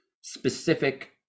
specific